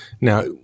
Now